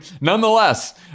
Nonetheless